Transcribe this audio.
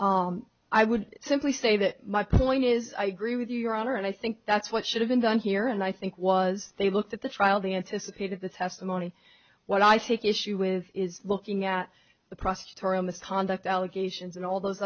answer i would simply say that my point is i agree with you your honor and i think that's what should have been done here and i think was they looked at the trial they anticipated the testimony what i think issue with is looking at the process torie on the conduct allegations and all those